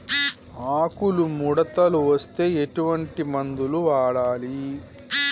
ఆకులు ముడతలు వస్తే ఎటువంటి మందులు వాడాలి?